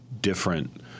different